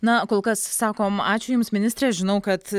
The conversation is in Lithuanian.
na kol kas sakom ačiū jums ministre žinau kad